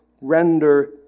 render